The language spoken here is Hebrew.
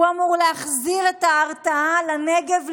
הוא אמור להחזיר ההרתעה לנגב ולגליל,